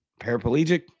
Paraplegic